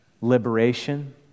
liberation